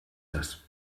das